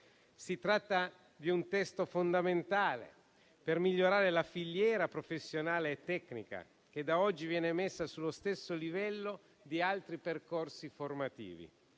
Si tratta di un testo fondamentale per migliorare la filiera professionale e tecnica, che da oggi viene messa sullo stesso livello di altri percorsi formativi.